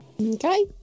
Okay